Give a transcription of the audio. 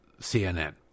CNN